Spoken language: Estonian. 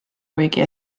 kuigi